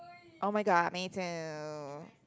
oh-my-god me too